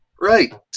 Right